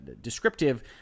descriptive